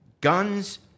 guns